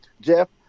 Jeff